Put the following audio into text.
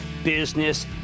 business